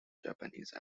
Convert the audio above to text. japanese